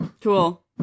Cool